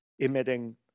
emitting